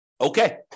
Okay